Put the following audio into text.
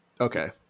Okay